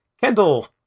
Kendall